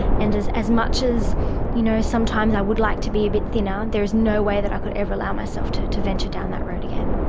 and as as much as you know as sometimes i would like to be a bit thinner, there is no way that i could ever allow myself to to venture down that road again.